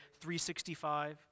365